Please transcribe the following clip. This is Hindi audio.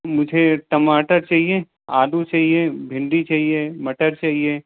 मुझे टमाटर चाहिए आलू चाहिए भिंडी चाहिए मटर चाहिए